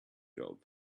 job